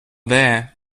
there